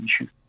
issue